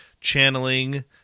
channeling